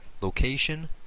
location